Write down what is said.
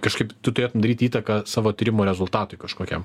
kažkaip tu turėtum daryt įtaką savo tyrimo rezultatui kažkokiam